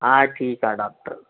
हा ठीकु आहे डाक्टर